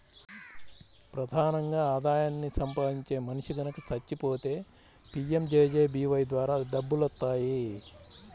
ప్రధానంగా ఆదాయాన్ని సంపాదించే మనిషి గనక చచ్చిపోతే పీయంజేజేబీవై ద్వారా డబ్బులొత్తాయి